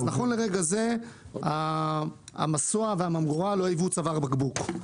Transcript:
נכון לרגע זה הממגורה והמסוע לא היו צוואר בקבוק.